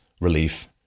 relief